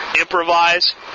Improvise